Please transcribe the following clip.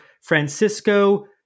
Francisco